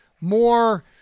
more